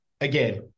Again